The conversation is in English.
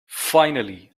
finally